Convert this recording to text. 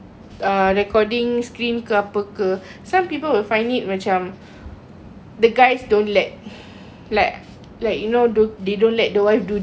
some people will find it macam the guys don't let like like you know they don't let the wife do this and stuff like that some